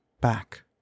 back